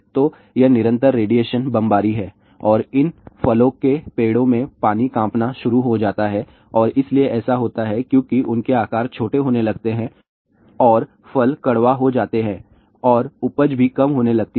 तो यह निरंतर रेडिएशन बमबारी है और इन फलों के पेड़ों में पानी कांपना शुरू हो जाता है और इसलिए ऐसा होता है क्योंकि उनके आकार छोटे होने लगते हैं और फल कड़वा हो जाते हैं और उपज भी कम होने लगती है